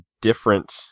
different